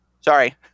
Sorry